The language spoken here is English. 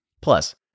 Plus